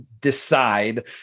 decide